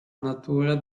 natura